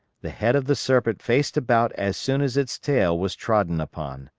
the head of the serpent faced about as soon as its tail was trodden upon.